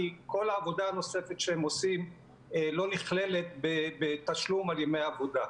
כי כל העבודה הנוספת שהם עושים לא נכללת בתשלום על ימי עבודה.